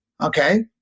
Okay